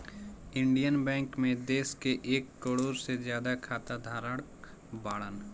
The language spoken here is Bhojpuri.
इण्डिअन बैंक मे देश के एक करोड़ से ज्यादा खाता धारक बाड़न